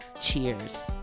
Cheers